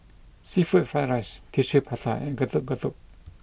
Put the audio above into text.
seafood fried rice Tissue Prata and Getuk Getuk